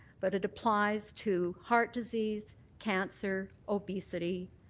but it applies to heart disease, cancer, obesity,